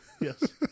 Yes